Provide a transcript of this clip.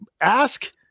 ask